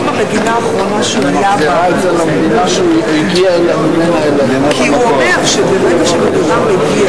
ההסתייגות של קבוצת סיעת מרצ לסעיף 3 לא נתקבלה.